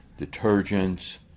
detergents